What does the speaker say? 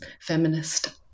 feminist